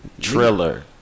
triller